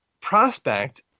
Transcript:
prospect